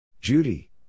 Judy